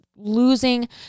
Losing